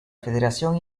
federación